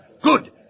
Good